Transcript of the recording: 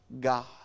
God